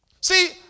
See